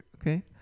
okay